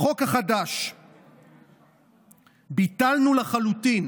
בחוק החדש ביטלנו לחלוטין